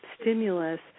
stimulus